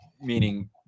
meaning